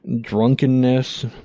drunkenness